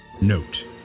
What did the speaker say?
Note